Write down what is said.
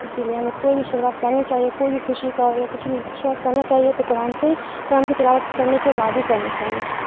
اسی لیے ہمیں کوئی بھی شروعات کرنی چاہیے کوئی بھی خوشی کا ہو یا کچھ بھی شروعات کرنا چاہیے تو قرآن سے ہی قرآن کی تلاوت کرنے کے بعد ہی کرنی چاہیے